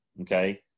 Okay